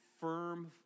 firm